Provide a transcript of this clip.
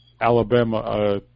Alabama